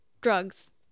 drugs